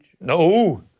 No